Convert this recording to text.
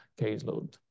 caseload